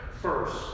first